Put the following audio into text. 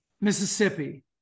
Mississippi